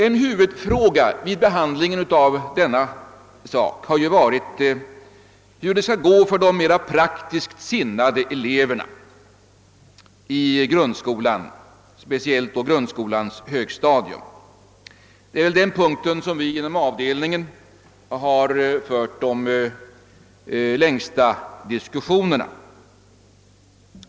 En huvudfråga vid behandlingen av denna sak har varit hur det skall gå för de mera praktiskt sinnade eleverna i grundskolan, speciellt då på grundskolans högstadium. Det är på den punkten som vi inom avdelningen har fört de längsta diskussionerna.